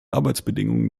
arbeitsbedingungen